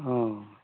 অঁ